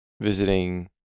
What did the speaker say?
visiting